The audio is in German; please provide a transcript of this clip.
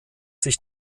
sich